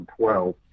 2012